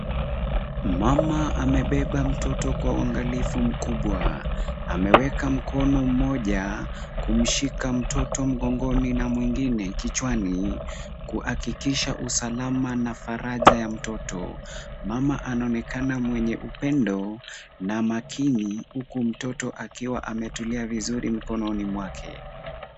Mama amebeba mtoto kwa uangalifu mkubwa. Ameweka mkono mmoja kumshika mtoto mgongoni na mwingine kichwani, kuhakikisha usalama na faraja wa mtoto. Mama anaonekana mwenye upendo na makini, huku mtoto akiwa ametulia vizuri mkononi mwake.